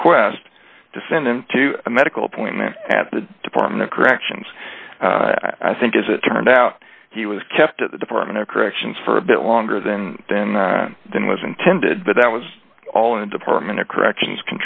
request to send him to a medical appointment at the department of corrections i think as it turned out he was kept at the department of corrections for a bit longer than then than was intended but that was all in the department of corrections